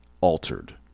altered